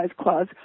Clause